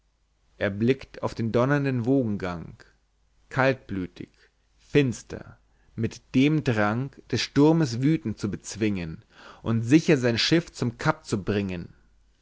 er blickt auf den donnernden wogengang kaltblütig finster mit dem drang des sturmes wüthen zu bezwingen und sicher sein schiff zum cap zu bringen